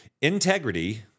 integrity